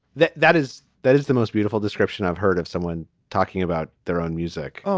that that is that is the most beautiful description i've heard of someone talking about their own music.